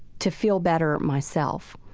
to feel better myself.